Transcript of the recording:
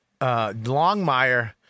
Longmire